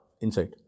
inside